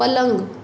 पलंग